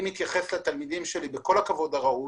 אני מתייחס לתלמידים שלי בכל הכבוד הראוי,